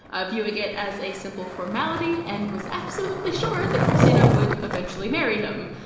ah viewing it as a simple formality, and was absolutely sure that kristina would eventually marry him.